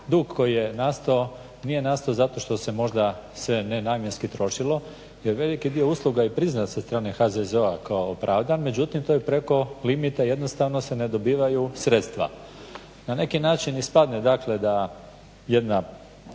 dug koji je nastao nije nastao zato što se možda sve nenamjenski trošilo jer veliki dio usluga je priznat sa strane HZZO-a kao opravdan, međutim to je preko limita. Jednostavno se ne dobivaju sredstva. Na neki način ispadne, dakle da jedna